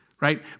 Right